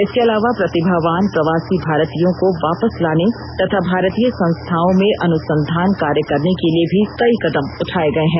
इसके अलावा प्रतिभावान प्रवासी भारतीयों को वापस लाने तथा भारतीय संस्थाओं में अनुसंधान कार्य करने के लिए भी कई कदम उठाये गये हैं